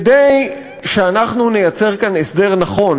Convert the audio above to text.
כדי שאנחנו נייצר כאן הסדר נכון,